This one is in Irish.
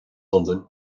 londain